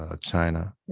China